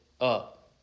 up